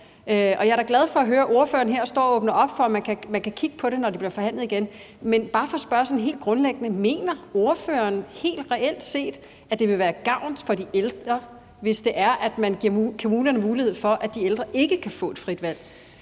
jeg er da glad for at høre ordføreren her stå at åbne op for, at man kan kigge på det, når det bliver forhandlet igen, men bare for at spørge sådan helt grundlæggende: Mener ordføreren helt reelt set, at det vil være til gavn for de ældre, hvis man giver kommunerne mulighed for, at de ældre ikke kan få et frit valg?